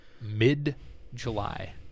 mid-July